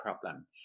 problem